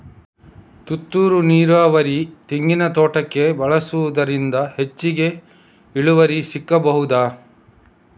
ತುಂತುರು ನೀರಾವರಿ ತೆಂಗಿನ ತೋಟಕ್ಕೆ ಬಳಸುವುದರಿಂದ ಹೆಚ್ಚಿಗೆ ಇಳುವರಿ ಸಿಕ್ಕಬಹುದ?